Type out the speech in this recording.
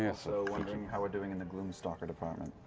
and so wondering how we're doing in the gloom stalker department?